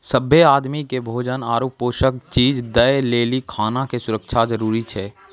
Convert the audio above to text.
सभ्भे आदमी के भोजन आरु पोषक चीज दय लेली खाना के सुरक्षा जरूरी छै